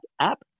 app